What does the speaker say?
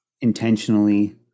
intentionally